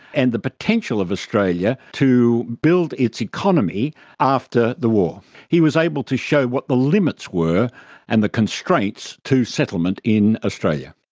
and the potential of australia to build its economy after the war. he was able to show what the limits were and the constraints to settlement in australia.